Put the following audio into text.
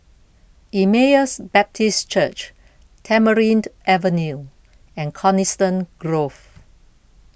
Emmaus Baptist Church Tamarind Avenue and Coniston Grove